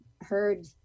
heard